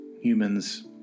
humans